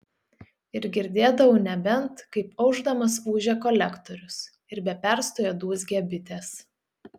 ir girdėdavau nebent kaip aušdamas ūžia kolektorius ir be perstojo dūzgia bitės